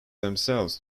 themselves